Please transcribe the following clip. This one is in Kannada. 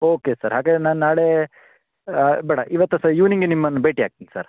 ಓಕೆ ಸರ್ ಹಾಗಾದ್ರೆ ನಾನು ನಾಳೆ ಬೇಡ ಇವತ್ತು ಸ ಈವ್ನಿಂಗೆ ನಿಮ್ಮನ್ನು ಭೇಟಿ ಆಗ್ತೀನಿ ಸರ್